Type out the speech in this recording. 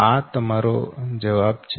આ તમારો જવાબ છે